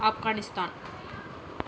Afghanistan